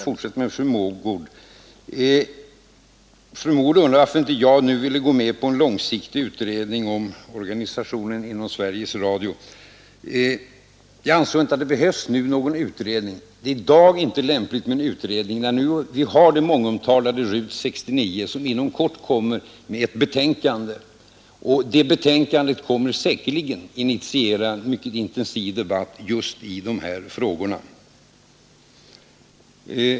Fru Mogård undrar varför jag nu inte vill gå med på en långsiktig utredning av Sveriges Radios organisation. Jag anser att det nu inte är lämpligt med någon utredning med hänsyn till att den mångomtalade RUT 69 inom kort skall lägga fram det betänkande, som säkerligen kommer att initiera en mycket intensiv debatt just i dessa frågor.